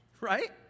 right